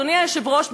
אדוני היושב-ראש,